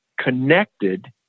connected